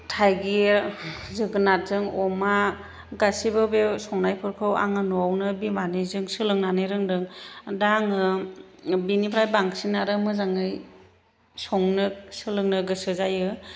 थाइगिर जोगोनारजों अमा गासैबो बे संनायफोरखौ आङो न'आवनो बिमानिजों सोलोंनानै रोंदों दा आङो बिनिफ्राय बांसिन आरो मोजाङै संनो सोलोंनो गोसो जायो